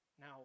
Now